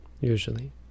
Usually